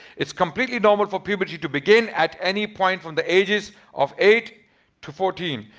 it's completely normal for puberty to begin at any point from the ages of eight to fourteen.